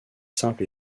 simples